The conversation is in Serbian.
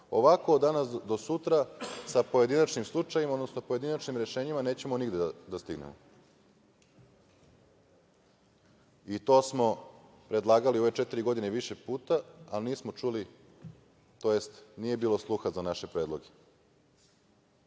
Ovako, od danas do sutra sa pojedinačnim slučajevima, odnosno pojedinačnim rešenjima nećemo nigde da stignemo. To smo predlagali ove četiri godine više puta, ali nismo čuli, to jest nije bilo sluha za naše predloge. Mi